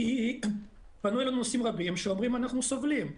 כי פנו אלינו נוסעים רבים שאומרים: אנחנו סובלים.